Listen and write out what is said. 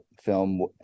film